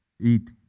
eat